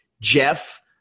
Jeff